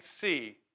see